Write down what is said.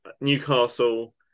Newcastle